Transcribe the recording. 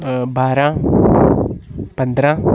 बारां पंदरां